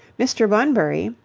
mr. bunbury,